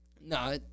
No